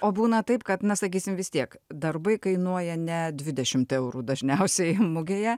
o būna taip kad na sakysim vis tiek darbai kainuoja ne dvidešimt eurų dažniausiai mugėje